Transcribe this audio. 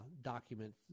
document